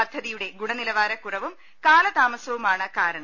പദ്ധതിയുടെ ഗുണനിലവാര ക്കുറവും കാലതാമസവുമാണ് കാരണം